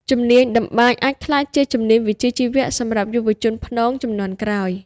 ជំនាញតម្បាញអាចក្លាយជាជំនាញវិជ្ជាជីវៈសម្រាប់យុវជនព្នងជំនាន់ក្រោយ។